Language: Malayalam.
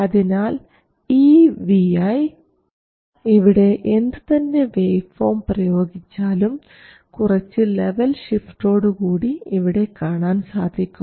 അതിനാൽ ഈ Vi ഇവിടെ എന്ത് തന്നെ വേവ് ഫോം പ്രയോഗിച്ചാലും കുറച്ച് ലെവൽ ഷിഫ്റ്റോടുകൂടി ഇവിടെ കാണാൻ സാധിക്കും